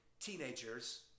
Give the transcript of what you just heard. teenagers